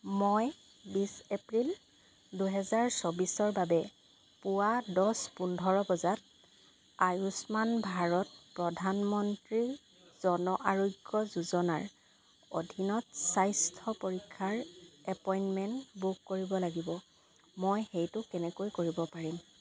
মই বিছ এপ্ৰিল দুহেজাৰ চৌব্বিছৰ বাবে পুৱা দহ পোন্ধৰ বজাত আয়ুষ্মান ভাৰত প্ৰধানমন্ত্ৰী জন আৰোগ্য যোজনাৰ অধীনত স্বাস্থ্য পৰীক্ষাৰ এপইণ্টমেণ্ট বুক কৰিব লাগিব মই সেইটো কেনেকৈ কৰিব পাৰিম